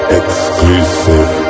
exclusive